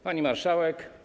Pani Marszałek!